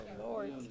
Lord